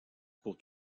pour